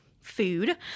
food